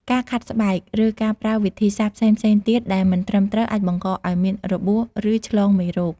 ការខាត់ស្បែក ឬការប្រើវិធីសាស្ត្រផ្សេងៗទៀតដែលមិនត្រឹមត្រូវ អាចបង្កឱ្យមានរបួស ឬឆ្លងមេរោគ។